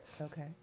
Okay